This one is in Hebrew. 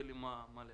גם יהיה לי מה להגיד.